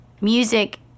music